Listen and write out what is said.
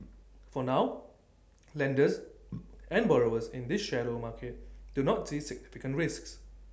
for now lenders and borrowers in this shadow market do not see significant risks